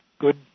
Good